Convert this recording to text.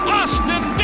Austin